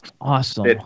awesome